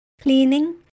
cleaning